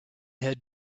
had